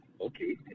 okay